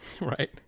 Right